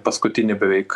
paskutinė beveik